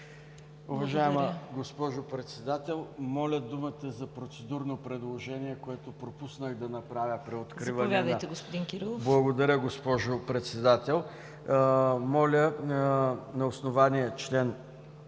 Уважаема госпожо Председател, моля думата за процедурно предложение, което пропуснах да направя при откриване на дебата.